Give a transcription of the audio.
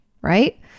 Right